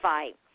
Fight